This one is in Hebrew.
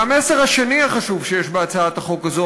והמסר השני החשוב שיש בהצעת החוק הזאת,